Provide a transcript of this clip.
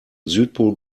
südpol